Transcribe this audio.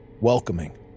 Welcoming